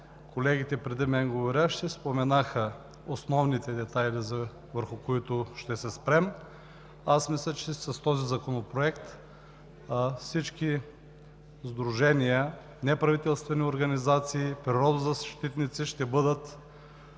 колеги споменаха основните детайли, върху които ще се спрем. Мисля, че с този законопроект всички сдружения, неправителствени организации, природозащитници ще бъдат